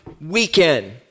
weekend